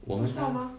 我们